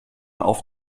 auf